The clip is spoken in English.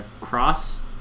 Cross